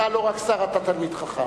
אתה לא רק שר, אתה תלמיד חכם.